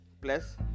plus